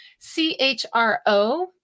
CHRO